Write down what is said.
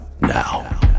Now